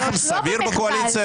לא במחדל,